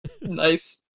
nice